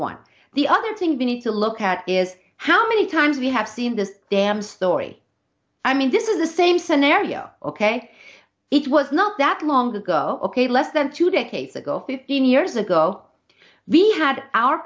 one the other thing the need to look at is how many times we have seen this damn story i mean this is the same scenario ok it was not that long ago ok less than two decades ago fifteen years ago we had our